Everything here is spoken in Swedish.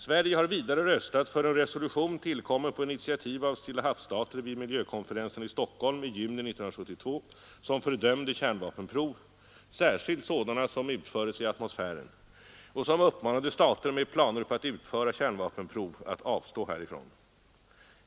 Sverige har vidare röstat för en resolution tillkommen på initiativ av Stillahavsstater vid miljökonferensen i Stockholm i juni 1972, som fördömde kärnvapenprov, särskilt sådana som utföres i atmosfären, och som uppmanade stater med planer på att utföra kärnvapenprov att avstå härifrån.